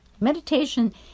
Meditation